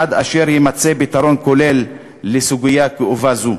עד אשר יימצא פתרון כולל לסוגיה כאובה זו.